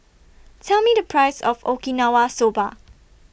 Tell Me The Price of Okinawa Soba